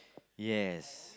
yes